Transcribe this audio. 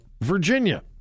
Virginia